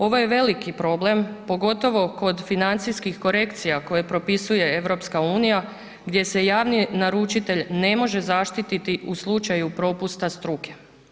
Ovo je veliki problem pogotovo kod financijskih korekcija koje propisuje EU gdje se javni naručitelj ne može zaštiti u slučaju propusta struke.